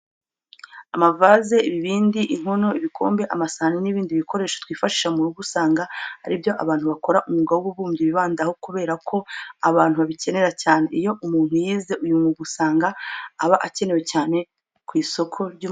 Amavaze, ibibindi, inkono, ibikombe, amasahane n'ibindi bikoresho twifashisha mu rugo usanga ari byo abantu bakora umwuga w'ububumbyi bibandaho kubera ko abantu babikenera cyane. Iyo umuntu yize uyu mwuga usanga aba akenewe cyane ku isoko ry'umurimo.